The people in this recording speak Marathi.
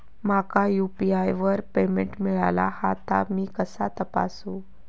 माका यू.पी.आय वर पेमेंट मिळाला हा ता मी कसा तपासू?